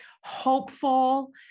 hopeful